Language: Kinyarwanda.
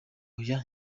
oya